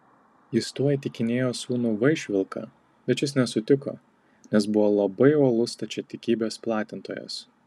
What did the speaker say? jis tuo įtikinėjo sūnų vaišvilką bet šis nesutiko nes buvo labai uolus stačiatikybės platintojas